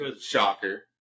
Shocker